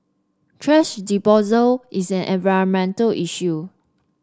thrash disposal is an environmental issue